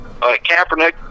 Kaepernick